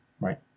right